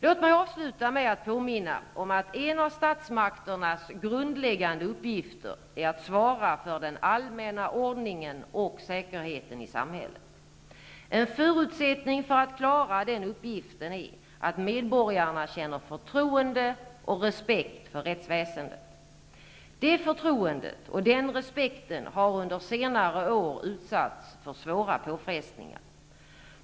Låt mig avsluta med att påminna om att en av statsmakternas grundläggande uppgifter är att svara för den allmänna ordningen och säkerheten i samhället. En förutsättning för att klara den uppgiften är att medborgarna känner förtroende och respekt för rättsväsendet. Det förtroendet och den respekten har under senare år utsatts för svåra påfrestningar.